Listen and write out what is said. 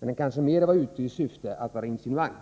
Men han kanske mera var ute i syfte att vara insinuant.